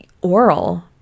oral